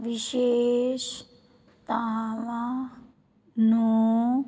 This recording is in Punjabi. ਵਿਸ਼ੇਸ਼ਤਾਵਾਂ ਨੂੰ